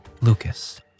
Lucas